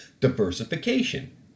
Diversification